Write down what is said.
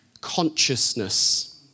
consciousness